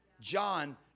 John